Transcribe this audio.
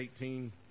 18